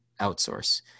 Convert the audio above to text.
outsource